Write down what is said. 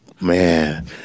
man